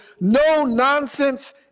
no-nonsense